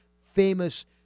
famous